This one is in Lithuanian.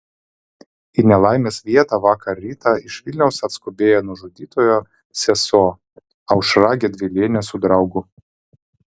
į nelaimės vietą vakar rytą iš vilniaus atskubėjo nužudytojo sesuo aušra gedvilienė su draugu